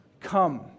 come